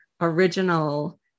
original